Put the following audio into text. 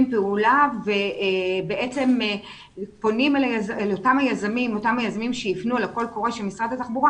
פעולה ובעצם פונים אל אותם היזמים שייגשו אל הקול קורא של משרד התחבורה,